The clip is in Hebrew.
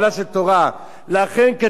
תודה.